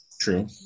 True